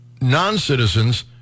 non-citizens